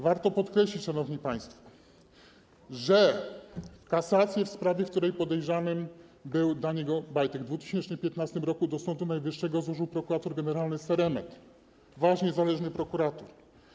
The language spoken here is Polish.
Warto podkreślić, szanowni państwo, że kasację w sprawie, w której podejrzanym był Daniel Obajtek w 2015 r., do Sądu Najwyższego wniósł prokurator generalny Seremet, wasz niezależny prokurator.